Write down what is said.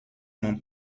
mon